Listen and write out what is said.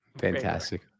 Fantastic